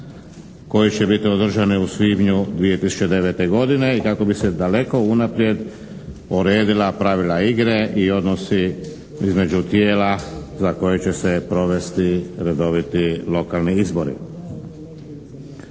koji će biti održani u svibnju 2009. godine i kako bi se daleko unaprijed uredila pravila igre i odnosi između tijela za koje će se provesti redoviti lokalni izbori.